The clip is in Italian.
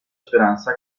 speranza